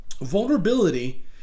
Vulnerability